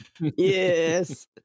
Yes